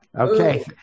Okay